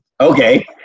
okay